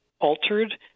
altered